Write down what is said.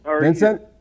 Vincent